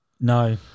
no